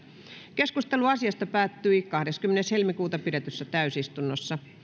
keskustelu asiasta päättyi kahdeskymmenes toista kaksituhattayhdeksäntoista pidetyssä täysistunnossa